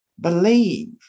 believe